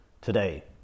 today